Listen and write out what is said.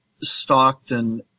Stockton